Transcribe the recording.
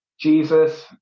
Jesus